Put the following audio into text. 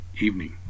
evening